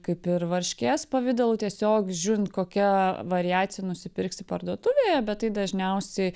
kaip ir varškės pavidalu tiesiog žiūrint kokia variacija nusipirksi parduotuvėje bet tai dažniausiai